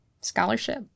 scholarship